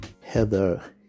Heather